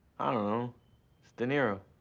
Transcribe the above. i don't know, it's de niro.